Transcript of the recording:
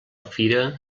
fira